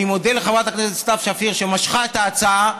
אני מודה לחברת הכנסת סתיו שפיר על שמשכה את ההצעה,